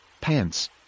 pants